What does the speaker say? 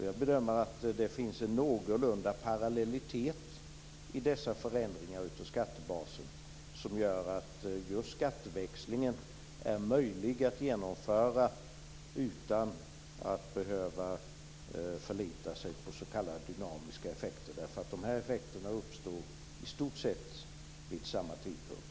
Jag bedömer att det finns en någorlunda parallellitet i dessa förändringar av skattebasen som gör att just skatteväxlingen är möjlig att genomföra utan att behöva förlita sig på s.k. dynamiska effekter. Effekterna uppstår i stort sett vid samma tidpunkt.